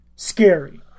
Scary